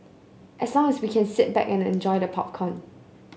as long as we can sit back and enjoy the popcorn